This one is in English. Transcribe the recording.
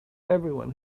everyone